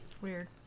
Weird